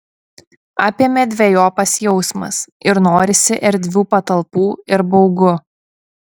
apėmė dvejopas jausmas ir norisi erdvių patalpų ir baugu